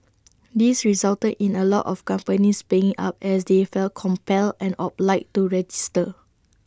this resulted in A lot of companies paying up as they felt compelled and obliged to register